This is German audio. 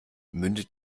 mündet